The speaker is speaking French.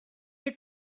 est